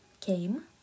came